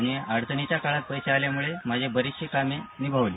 आणि अडचणीच्या काळात पैसे मिळाल्यामुळे माझी बरीचशी कामे निभावली